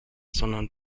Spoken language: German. sondern